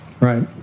Right